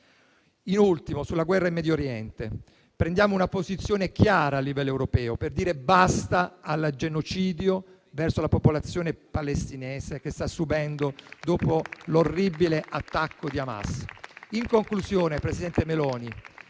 Sulla guerra in Medio Oriente prendiamo una posizione chiara a livello europeo per dire basta al genocidio che la popolazione palestinese sta subendo dopo l'orribile attacco di Hamas.